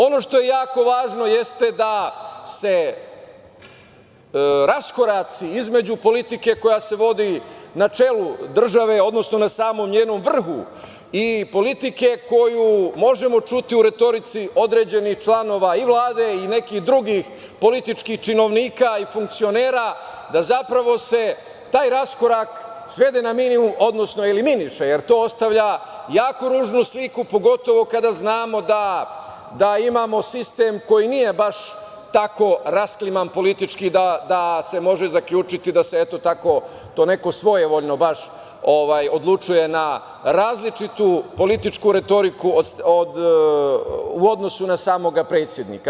Ono što je jako važno jeste da se raskoraci između politike koja se vodi na čelu države, odnosno na samom njenom vrhu i politike koju možemo čuti u retorici određenih članova i Vlade i nekih drugih političkih činovnika i funkcionera, da se zapravo taj raskorak svede na minimum, odnosno eliminiše, jer to ostavlja jako ružnu sliku, pogotovo kada znamo da imamo sistem koji nije baš tako raskliman politički da se može zaključiti da se neko svojevoljno baš odlučuje na različitu političku retoriku u odnosu na samog predsednika.